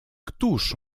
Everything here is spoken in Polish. któż